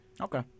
Okay